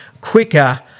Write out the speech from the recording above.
quicker